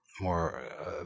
more